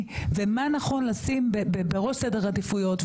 ומה נכון לשים בראש סדר העדיפויות.